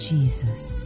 Jesus